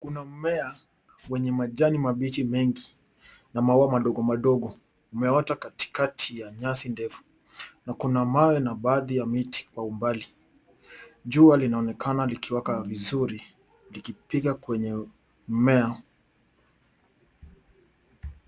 Kuna mmea wenye majani mabichi mengi na maua madogomadogo umeota katikati ya nyasi ndefu na kuna mawe na baadhi ya miti kwa umbali. Jua linaonekana likiwaka vizuri likipiga kwenye mmea.